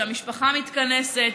כשהמשפחה מתכנסת.